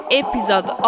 episode